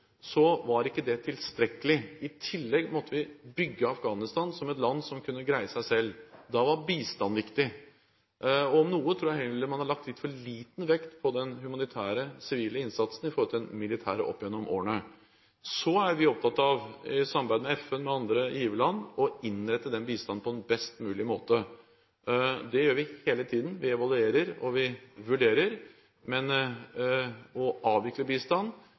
så tidlig at selv om det var viktig med militær tilstedeværelse, militær intervensjon, var ikke det tilstrekkelig. I tillegg måtte vi bygge Afghanistan, som et land som kunne greie seg selv. Da var bistand viktig, og jeg tror man heller opp gjennom årene har lagt for liten vekt på den humanitære, sivile innsatsen i forhold til den militære. Så er vi opptatt av – i samarbeid med FN og andre giverland – å innrette den bistanden på en best mulig måte. Det gjør vi hele tiden. Vi evaluerer, og vi vurderer. Å avvikle